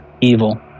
evil